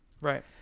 Right